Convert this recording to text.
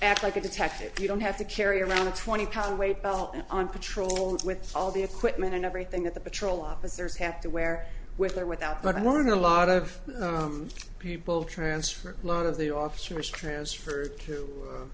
act like a detective you don't have to carry around a twenty pound weight belt on patrols with all the equipment and everything that the patrol officers have to wear with or without but i want a lot of people transfer a lot of the officers transferred to